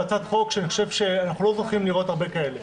זו הצעת חוק שאני חושב שאנחנו לא זוכים לראות הרבה כאלה.